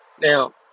Now